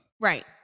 right